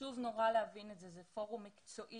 וחשוב נורא להבין את זה, זה פורום מקצועי.